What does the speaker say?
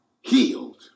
healed